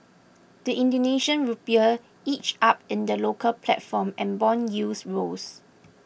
the Indonesian Rupiah inched up in the local platform and bond yields rose